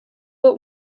but